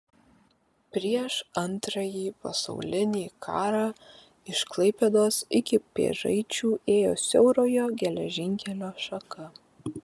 prieš antrąjį pasaulinį karą iš klaipėdos iki pėžaičių ėjo siaurojo geležinkelio šaka